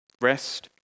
Rest